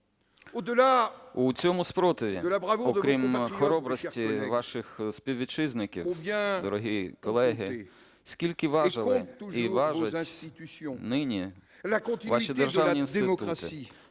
У цьому спротиві, окрім хоробрості ваших співвітчизників, дорогі колеги, скільки важили і важать нині ваші державні інститути,